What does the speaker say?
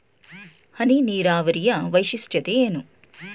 ಹನಿ ನೀರಾವರಿಯ ವೈಶಿಷ್ಟ್ಯತೆ ಏನು?